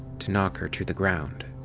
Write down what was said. to knock her to the ground.